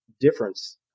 difference